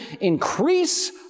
Increase